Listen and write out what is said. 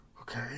Okay